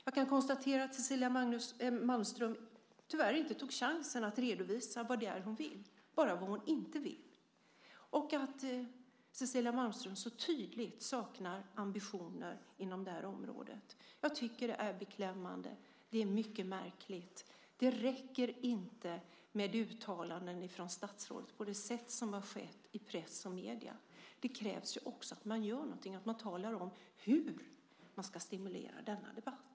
Jag kan konstatera att Cecilia Malmström tyvärr inte tog chansen att redovisa vad det är hon vill, bara vad hon inte vill, och att Cecilia Malmström så tydligt saknar ambitioner inom det här området. Jag tycker att det är beklämmande. Det är mycket märkligt. Det räcker inte med uttalanden från statsrådet på det sätt som har skett i press och medier. Det krävs också att man gör någonting, att man talar om hur man ska stimulera denna debatt.